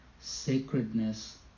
sacredness